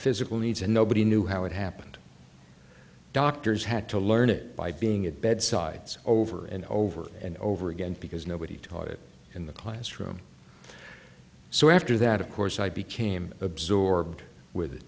physical needs and nobody knew how it happened doctors had to learn it by being at bedsides over and over and over again because nobody taught it in the classroom so after that of course i became absorbed with the